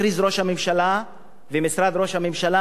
הכריזו ראש הממשלה ומשרד ראש הממשלה